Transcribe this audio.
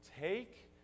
Take